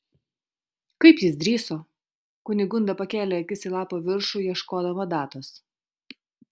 kaip jis drįso kunigunda pakėlė akis į lapo viršų ieškodama datos